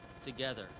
together